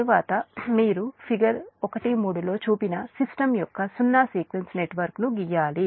తరువాత మీరు ఫిగర్ 13 లో చూపిన సిస్టమ్ యొక్క సున్నా సీక్వెన్స్ నెట్వర్క్ను గీయాలి